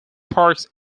parks